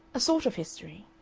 a sort of history.